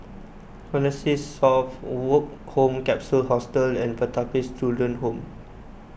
Connexis South Woke Home Capsule Hostel and Pertapis Children Home